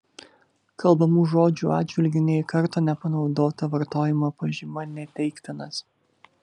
kalbamų žodžių atžvilgiu nė karto nepanaudota vartojimo pažyma neteiktinas